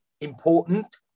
important